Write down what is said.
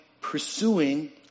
pursuing